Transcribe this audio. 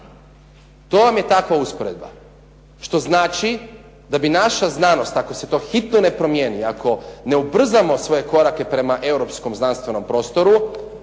To vam je takva usporedba. Što znači da bi naša znanost ako se to hitno ne promijeni, ako ne ubrzamo svoje korake prema europskom znanstvenom prostoru